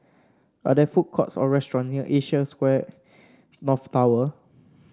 are there food courts or restaurant near Asia Square North Tower